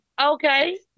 okay